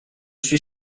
suis